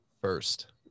First